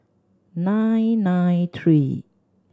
nine nine three